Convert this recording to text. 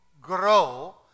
grow